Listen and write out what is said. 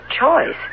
choice